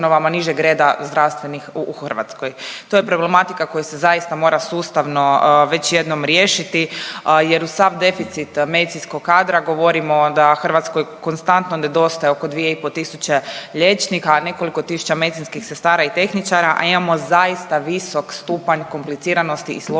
To je problematika koja se zaista mora sustavno već jednom riješiti, jer uz sav deficit medicinskog kadra govorimo da Hrvatskoj konstantno nedostaje oko 2 i pol tisuće liječnika, nekoliko tisuća medicinskih sestara i tehničara, a imamo zaista visok stupanj kompliciranosti i složenosti